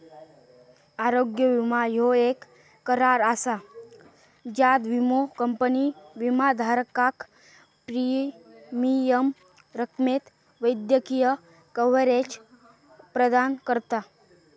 आरोग्य विमो ह्यो येक करार असा ज्यात विमो कंपनी विमाधारकाक प्रीमियम रकमेक वैद्यकीय कव्हरेज प्रदान करता